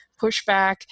pushback